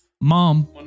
Mom